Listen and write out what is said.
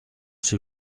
s’il